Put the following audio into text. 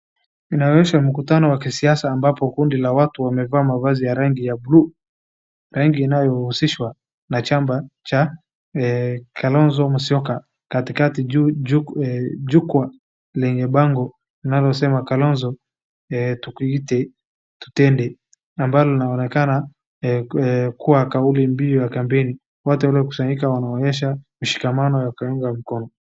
Inaonyesha mkutano wa kisiasa ambapo kundi la watu wamevaa mavazi ya rangi ya blue , rangi inayohusishwa na chama cha Kalonzo Musyoka. Katikati juu kwa lenye bango linalosema “Kalonzo tukuite tutende”, ambalo linaonekana kama kauli mbiu ya kampeni . Watu walikusanyika, wanaonyesha ushikamano wa kuungwa mkono.